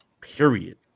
period